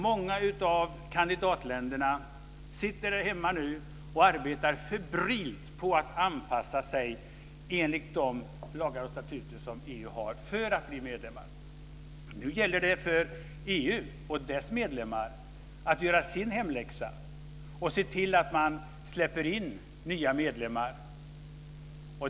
Många av kandidatländerna sitter hemma och arbetar febrilt på att anpassa sig enligt de lagar och statuter som EU har för att bli medlemmar. Nu gäller det för EU och dess medlemmar att göra sin hemläxa och se till att man släpper in nya medlemmar.